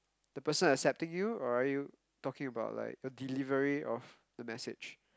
the person accepting you or are you talking about like the delivery of the message